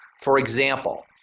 for example,